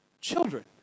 children